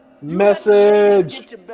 Message